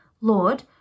Lord